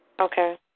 Okay